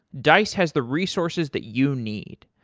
dice has the resources that you need.